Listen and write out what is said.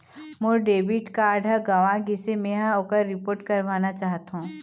मोर debit card ह गंवा गिसे, मै ह ओकर रिपोर्ट करवाना चाहथों